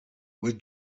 with